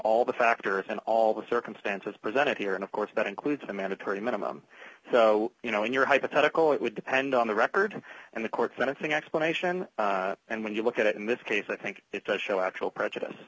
all the factors and all the circumstances presented here and of course that includes a mandatory minimum so you know in your hypothetical it would depend on the record and the court kind of thing explanation and when you look at it in this case i think it does show actual prejudice